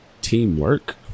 Teamwork